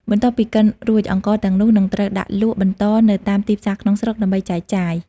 បន្ទាប់ពីកិនរួច អង្ករទាំងនោះនឹងត្រូវដាក់លក់បន្តនៅតាមទីផ្សារក្នុងស្រុក ដើម្បីចែកចាយ។